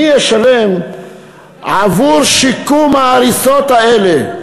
מי ישלם עבור שיקום ההריסות האלה?